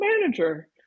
manager